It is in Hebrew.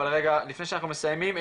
אבל רגע לפני שאנחנו מסיימים,